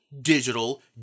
digital